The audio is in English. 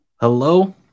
Hello